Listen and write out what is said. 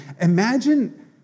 Imagine